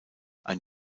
ein